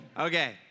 Okay